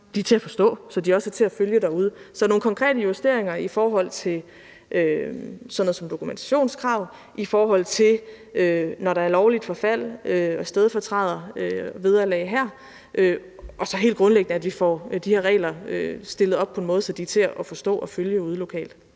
er til at forstå, så de også er til at følge derude. Så det er nogle konkrete justeringer i forhold til sådan noget som dokumentationskrav, i forhold til når der er lovligt forfald og stedfortrædervederlag her, og så helt grundlæggende, at vi får de her regler stillet op på en måde, så de er til at forstå og følge derude lokalt.